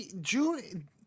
June